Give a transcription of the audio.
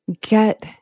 get